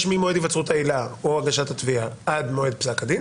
יש ממועד היווצרות העילה או הגשת התביעה עד מועד פסק הדין,